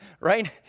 right